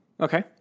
Okay